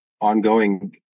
ongoing